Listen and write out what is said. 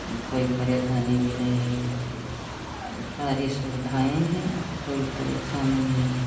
अब कोई परेशानी नहीं है अब सारी सुविधाएँ हैं कोई परेशानी नहीं है